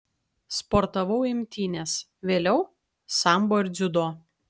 sportavau imtynes vėliau sambo ir dziudo